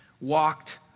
walked